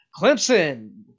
Clemson